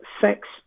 sex